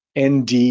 ND